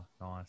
nice